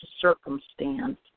circumstance